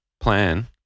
plan